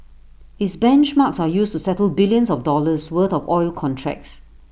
its benchmarks are used to settle billions of dollars worth of oil contracts